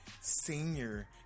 senior